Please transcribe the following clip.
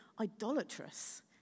idolatrous